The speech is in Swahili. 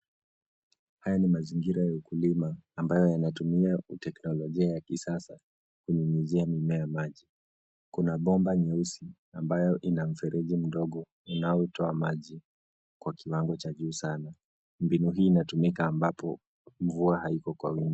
Haya ni mazingira ya ukulima ambayo yanatumia teknolojia ya kisasa kunyunyizia mimea maji. Kuna bomba nyeusi ambayo ina mfereji mdogo unaotoa maji kwa kiwango cha juu sana. Mbinu hii inatumika ambapo mvua haiko kwa wingi.